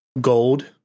gold